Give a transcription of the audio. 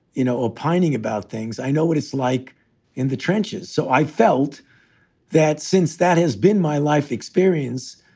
you know, opining about things. i know what it's like in the trenches. so i felt that since that has been my life experience.